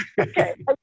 Okay